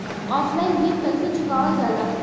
Offline ऋण कइसे चुकवाल जाला?